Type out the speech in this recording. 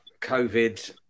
COVID